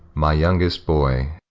my youngest boy,